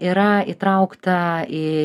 yra įtraukta į